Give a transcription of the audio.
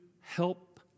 help